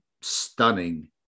stunning